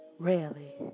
Rarely